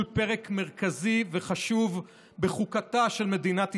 פרק מרכזי וחשוב בחוקתה של מדינת ישראל,